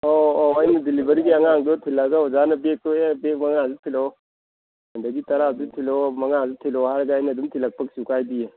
ꯑꯣ ꯑꯣ ꯑꯩꯅ ꯗꯤꯂꯤꯚꯔꯤꯒꯤ ꯑꯉꯥꯡꯗꯣ ꯊꯤꯜꯂꯛꯑꯒ ꯑꯣꯖꯥꯅ ꯕꯦꯒꯇꯣ ꯑꯦ ꯕꯦꯒ ꯃꯉꯥꯁꯦ ꯊꯤꯜꯂꯛꯑꯣ ꯑꯗꯒꯤ ꯇꯔꯥꯁꯦ ꯊꯤꯜꯂꯛꯑꯣ ꯃꯉꯥꯁꯦ ꯊꯤꯜꯂꯛꯑꯣ ꯍꯥꯏꯔꯒ ꯑꯩꯅ ꯑꯗꯨꯝ ꯊꯤꯜꯂꯛꯄ ꯀꯩꯁꯨ ꯀꯥꯏꯗꯦꯌꯦ